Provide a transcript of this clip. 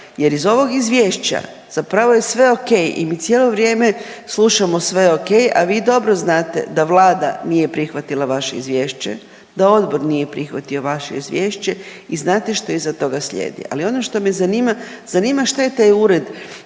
jer iz ovog izvješća zapravo je sve okej i mi cijelo vrijeme slušamo sve je okej, a vi dobro znate da vlada nije prihvatila vaše izvješće, da odbor nije prihvatio vaše izvješće i znate što iza toga slijedi. Ali ono što me zanima, zanima šta je taj ured,